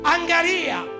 Angaria